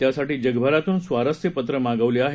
त्यासाठी जगभरातून स्वारस्य पत्रं मागवली आहेत